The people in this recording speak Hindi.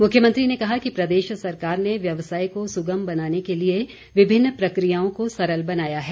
मुख्यमंत्री ने कहा कि प्रदेश सरकार ने व्यवसाय को सुगम बनाने के लिए विभिन्न प्रक्रियाओं को सरल बनाया है